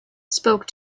spoke